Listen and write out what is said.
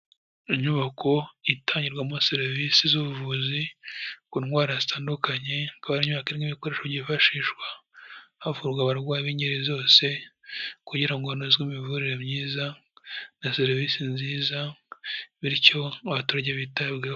Inyubako itangirwamo serivisi z'ubuvuzi ku ndwara zitandukanye, ikaba ari inyubako irimo ibikoresho byifashishwa havurwa abarwayi b'ingeri zose, kugira ngo hanozwe imivurire myiza, na serivisi nziza, bityo abaturage bitabweho.